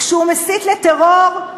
כשהוא מסית לטרור,